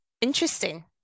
interesting